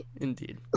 Indeed